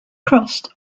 crust